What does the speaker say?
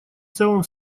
целом